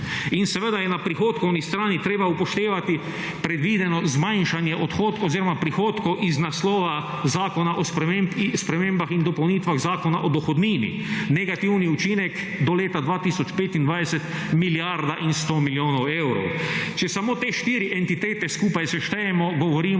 In seveda je na prihodkovni strani treba upoštevati predvideno zmanjšanje odhodkov oziroma prihodkov iz naslova zakona o spremembah in dopolnitvah Zakona o dohodnini, negativni učinek do leta 2025 milijarda in 100 milijonov evrov. Če samo te štiri entitete skupaj seštejemo, govorimo